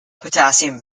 potassium